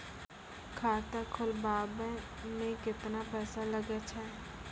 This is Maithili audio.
खाता खोलबाबय मे केतना पैसा लगे छै?